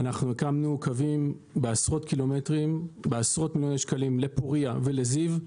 הקמנו קווים בעשרות ק"מ ובעשרות מיליוני שקלים לפוריה ולזיו.